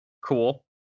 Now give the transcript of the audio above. cool